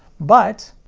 but,